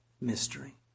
mystery